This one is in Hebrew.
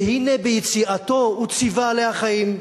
והנה ביציאתו הוא ציווה עליה חיים.